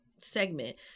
segment